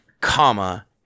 comma